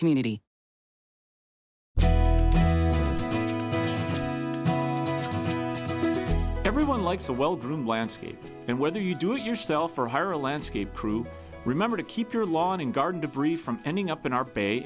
community everyone likes a well groomed landscape and whether you do it yourself or hire a landscape crew remember to keep your lawn and garden debris from ending up in our bay